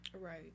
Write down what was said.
Right